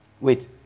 Wait